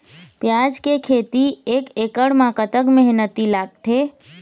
प्याज के खेती एक एकड़ म कतक मेहनती लागथे?